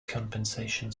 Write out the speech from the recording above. compensation